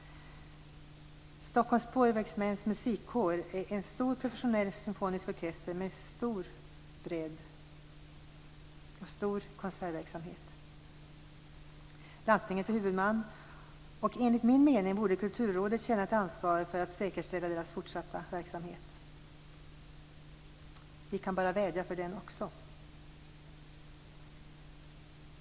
Stockholms Spårvägsmäns Musikkår är en stor professionell symfonisk orkester med stor bredd och stor konsertverksamhet. Landstinget är huvudman. Enligt min mening borde Kulturrådet känna ett ansvar för att säkerställa dess fortsatta verksamhet. Vi kan bara vädja för den också.